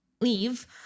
leave